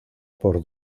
por